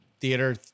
theater